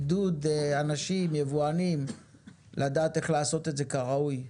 עידוד אנשים ויבואנים לדעת לעשות את זה כראוי,